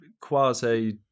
quasi